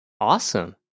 Awesome